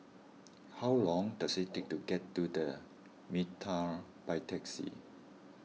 how long does it take to get to the Mitraa by taxi